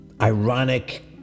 ironic